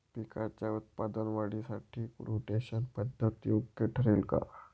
पिकाच्या उत्पादन वाढीसाठी रोटेशन पद्धत योग्य ठरेल का?